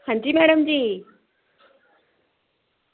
हां जी मैडम जी